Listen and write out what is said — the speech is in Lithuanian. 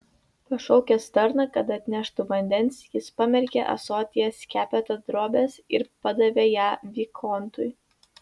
pašaukęs tarną kad atneštų vandens jis pamerkė ąsotyje skepetą drobės ir padavė ją vikontui